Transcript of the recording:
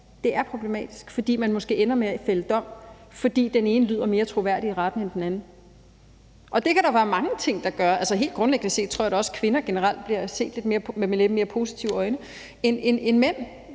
det er problematisk! – fordi man måske ender med at fælde dom, fordi den ene lyder mere troværdig i retten end den anden, og det kan der være mange ting, der gør. Altså, helt grundlæggende set tror jeg da også, at kvinder generelt bliver set på med lidt mere positive øjne end mænd.